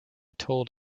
told